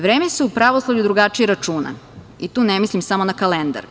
Vreme se u pravoslavlju drugačije računa i tu ne mislim samo na kalendar.